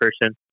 person